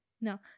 No